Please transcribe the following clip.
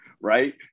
right